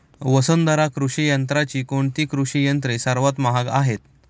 वसुंधरा कृषी यंत्राची कोणती कृषी यंत्रे सर्वात महाग आहेत?